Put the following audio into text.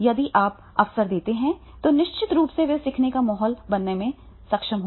यदि आप उसे अवसर देते हैं तो निश्चित रूप से वह सीखने का माहौल बनाने में सक्षम होगा